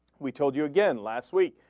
we told you again last week